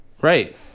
Right